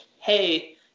Hey